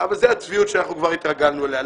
אבל זו הצביעות שכבר התרגלנו אליה.